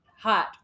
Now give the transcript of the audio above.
hot